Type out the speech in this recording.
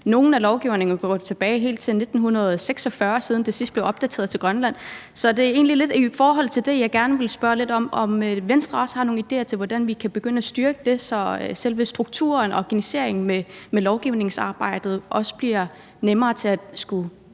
Nogle af lovgivningerne går helt tilbage til 1946, siden de sidst blev opdateret i forhold til Grønland. Så det er egentlig i forhold til det, jeg gerne vil spørge, om Venstre også har nogle idéer til, hvordan vi kan begynde at styrke det, så selve strukturen og organiseringen med lovgivningsarbejdet også bliver nemmere at skulle